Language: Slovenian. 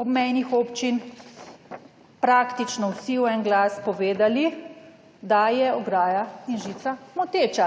(nadaljevanje) praktično vsi v en glas povedali, da je ograja in žica moteča.